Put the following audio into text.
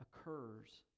occurs